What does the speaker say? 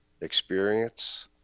experience